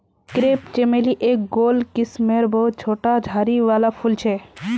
crepe चमेली एक गोल किस्मेर बहुत छोटा झाड़ी वाला फूल छे